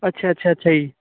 ਅੱਛਾ ਅੱਛਾ ਅੱਛਾ ਜੀ